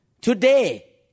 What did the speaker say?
Today